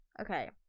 Okay